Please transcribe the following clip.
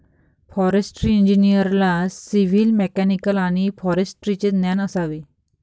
forestry इंजिनिअरला civil, mechanical आणि फॉरेस्ट्रीचे ज्ञान असावे